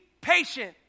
patient